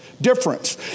Difference